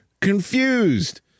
confused